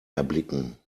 erblicken